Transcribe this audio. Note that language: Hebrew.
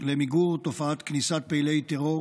למיגור תופעת כניסת פעילי טרור